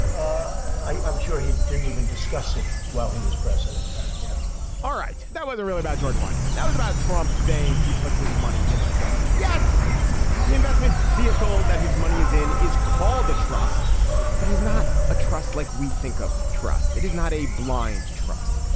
i'm sure he didn't even discuss it while he was president all right. that was a really bad george washington. that was about trump saying he puts his money in a trust. yes the investment vehicle that his money is in is called a trust but he's not a trust like we think of trust. it is not a blind trust.